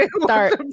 start